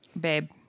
babe